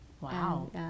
Wow